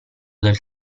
del